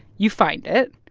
you find it.